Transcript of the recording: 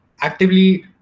actively